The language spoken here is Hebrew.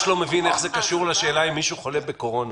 לא מבין איך זה קשור לשאלה אם מישהו חולה בקורונה.